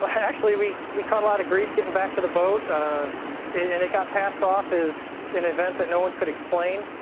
but actually, we we caught a lot of grief getting back to the boat. and it got passed off as an event that no one could explain.